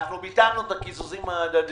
ביטלנו את הקיזוזים ההדדיים,